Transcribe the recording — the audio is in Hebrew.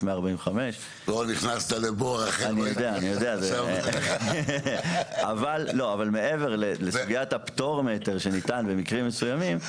145. מעבר לסוגיית הפטור מהיתר שניתן במקרים מסוימים,